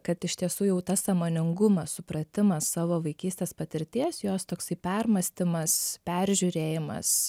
kad iš tiesų jau tas sąmoningumas supratimas savo vaikystės patirties jos toksai permąstymas peržiūrėjimas